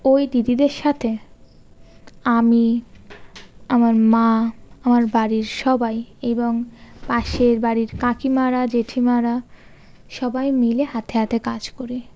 ওই দিদিদের সাথে আমি আমার মা আমার বাড়ির সবাই এবং পাশের বাড়ির কাকিমারা জেঠিমারা সবাই মিলে হাতে হাতে কাজ করি